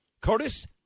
Curtis